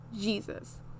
jesus